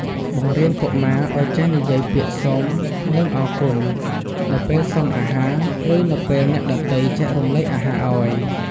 បង្រៀនកុមារឲ្យចេះនិយាយពាក្យ "សូម" និង "អរគុណ" នៅពេលសុំអាហារ ឬនៅពេលអ្នកដទៃចែករំលែកអាហារឲ្យ។